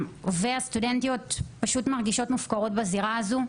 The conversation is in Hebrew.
והסטודנטיות מרגישות מופקרות בזירה הזאת,